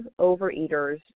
overeaters